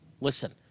Listen